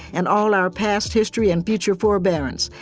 and all our past history and future forbearance,